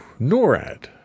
NORAD